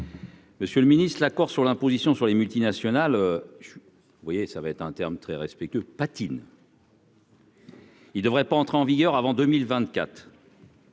monsieur le Ministre, l'accord sur l'imposition sur les multinationales, je vous voyez, ça va être un terme très respectueux patine. Il devrait pas entrer en vigueur avant 2024.